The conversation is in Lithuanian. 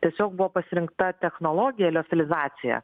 tiesiog buvo pasirinkta technologija liofelizacija